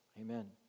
amen